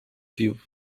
vivo